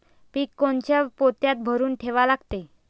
पीक कोनच्या पोत्यात भरून ठेवा लागते?